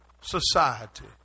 society